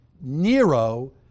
Nero